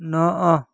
ନଅ